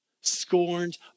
Scorned